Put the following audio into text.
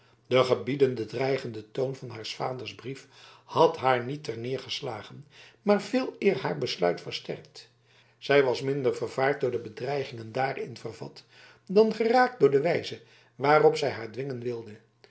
de gebiedende dreigende toon van haars vaders brief had haar niet ter neder geslagen maar veeleer haar besluit versterkt zij was minder vervaard door de bedreigingen daarin vervat dan geraakt door de wijze waarop hij haar dwingen wilde